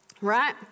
right